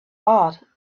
awed